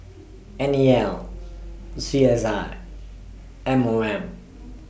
N E L C S I M O M